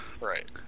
Right